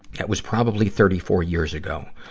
that was probably thirty four years ago.